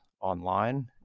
Online